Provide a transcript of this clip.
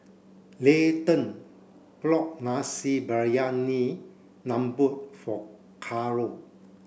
Layton brought Nasi Briyani Lembu for Carlo